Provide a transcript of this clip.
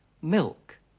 milk